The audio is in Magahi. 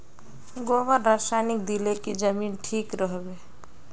गोबर रासायनिक दिले की जमीन ठिक रोहबे?